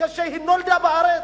כשהיא נולדה בארץ?